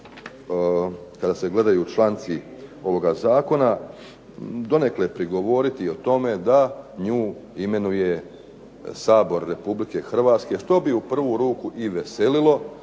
kada se gledaju članci ovoga zakona donekle prigovoriti i o tome da nju imenuje Sabor RH što bi u prvu ruku i veselilo,